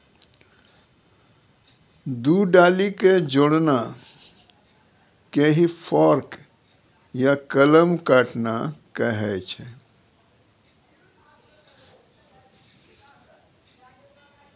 दू डाली कॅ जोड़ना कॅ ही फोर्क या कलम काटना कहै छ